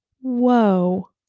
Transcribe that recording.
whoa